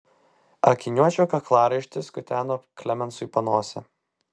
akiniuočio kaklaraištis kuteno klemensui panosę